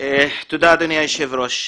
תודה אדוני היושב ראש.